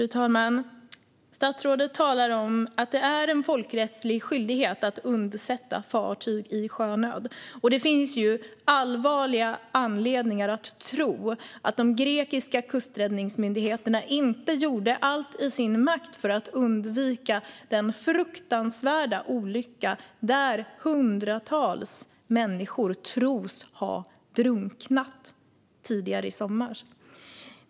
Fru talman! Statsrådet talar om att det är en folkrättslig skyldighet att undsätta fartyg i sjönöd. Det finns allvarliga anledningar att tro att de grekiska kusträddningsmyndigheterna inte gjorde allt som stod i deras makt för att undvika den fruktansvärda olycka tidigare i sommar där hundratals människor tros ha drunknat.